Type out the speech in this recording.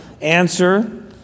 answer